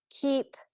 keep